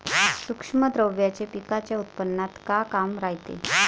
सूक्ष्म द्रव्याचं पिकाच्या उत्पन्नात का काम रायते?